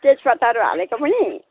तेजपत्ताहरू हालेको पनि